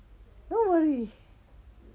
no worry